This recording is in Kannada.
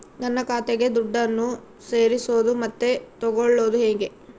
ನನ್ನ ಖಾತೆಗೆ ದುಡ್ಡನ್ನು ಸೇರಿಸೋದು ಮತ್ತೆ ತಗೊಳ್ಳೋದು ಹೇಗೆ?